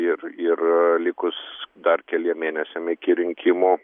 ir ir likus dar keliem mėnesiam iki rinkimų